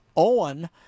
Owen